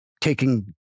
taking